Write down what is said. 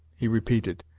he repeated,